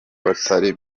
batari